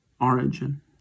origin